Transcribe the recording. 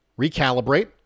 recalibrate